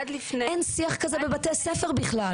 אין שיח כזה בבתי ספר בכלל.